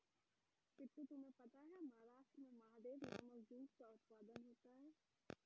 पिंटू तुम्हें पता है महाराष्ट्र में महादेव नामक जूट का उत्पादन होता है